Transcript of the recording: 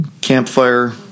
campfire